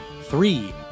three